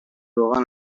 روغن